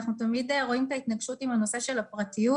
אנחנו תמיד רואים את ההתנגשות עם הנושא של הפרטיות,